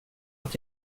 att